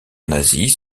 nazis